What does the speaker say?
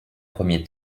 premier